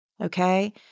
Okay